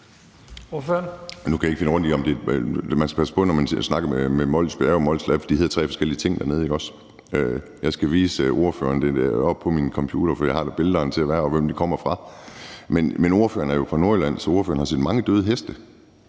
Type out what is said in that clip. Nu kan jeg ikke finde rundt i det. Man skal passe på, når man snakker om Mols Bjerge eller Molslab – det hedder tre forskellige ting dernede, ikke også? Jeg skal vise spørgeren det på min computer, for der har jeg billederne, og hvem de kommer fra. Men jeg er jo fra Nordjylland, så jeg har set mange døde heste,